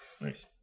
Nice